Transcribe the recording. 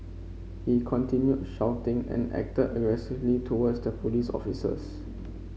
he continued shouting and acted aggressively towards the police officers